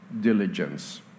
diligence